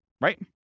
right